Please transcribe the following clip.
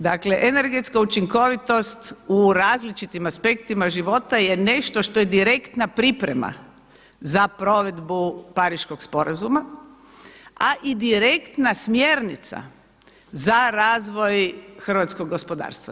Dakle, energetska učinkovitost u različitim aspektima života je nešto što je direktna priprema za provedbu Pariškog sporazuma, a i direktna smjernica za razvoj hrvatskog gospodarstva.